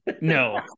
no